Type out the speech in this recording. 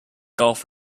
golf